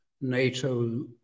NATO